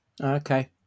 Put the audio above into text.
Okay